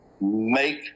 Make